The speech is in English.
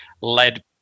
led